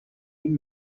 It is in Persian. این